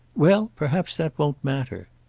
well perhaps that won't matter!